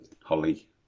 Holly